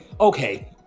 Okay